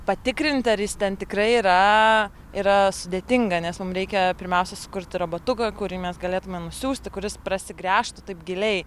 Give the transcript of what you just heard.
patikrinti ar jis ten tikrai yra yra sudėtinga nes mum reikia pirmiausia sukurti robotuką kurį mes galėtumėm nusiųsti kuris prasigręžtų taip giliai